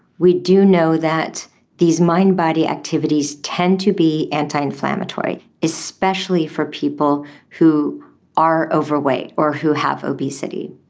we do know that these mind body activities tend to be anti-inflammatory, especially for people who are overweight or who have obesity.